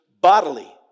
bodily